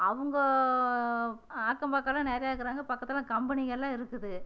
அவங்கோ அக்கம் பக்கல்லாம் நிறையாக்குறாங்க பக்கத்திலலாம் கம்பெனிகளெலாம் இருக்குது